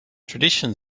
tradition